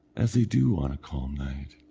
as they do on a calm night.